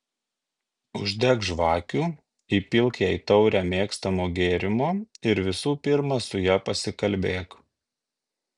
uždek žvakių įpilk jai taurę mėgstamo gėrimo ir visų pirma su ja pasikalbėk